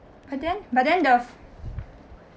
but then but then the